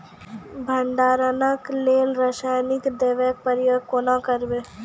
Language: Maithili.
भंडारणक लेल रासायनिक दवेक प्रयोग कुना करव?